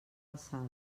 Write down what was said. alçada